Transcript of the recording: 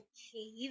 Okay